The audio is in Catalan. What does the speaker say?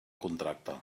contracte